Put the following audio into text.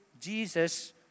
Jesus